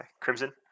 Crimson